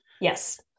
Yes